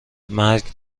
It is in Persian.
مرگ